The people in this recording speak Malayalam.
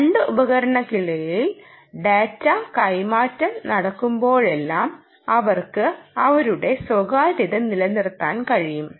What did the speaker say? രണ്ട് ഉപകരണങ്ങൾക്കിടയിൽ ഡാറ്റാ കൈമാറ്റം നടക്കുമ്പോഴെല്ലാം അവർക്ക് അവരുടെ സ്വകാര്യത നിലനിർത്താൻ കഴിയും